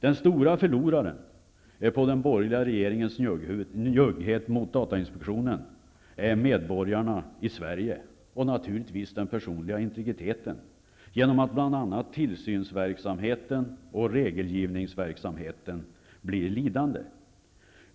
Den stora förloraren på den borgerliga regeringens njugghet mot datainspektionen är medborgarna i Sverige och naturligtvis den personliga integriteten genom att bl.a. tillsynsverksamheten och regelgivningsverksamheten blir lidande.